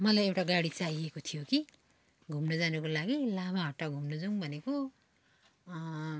मलाई एउटा गाडी चाहिएको थियो कि घुम्न जानुको लागि लामाहट्टा घुम्न जाऊँ भनेको